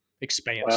expanse